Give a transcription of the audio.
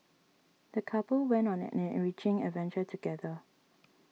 the couple went on an an enriching adventure together